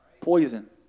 poison